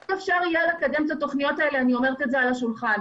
אי אפשר יהיה לקדם את התוכניות האלה אני אומרת את זה על השולחן.